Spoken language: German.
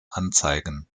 anzeigen